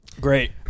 Great